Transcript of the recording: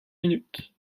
minutes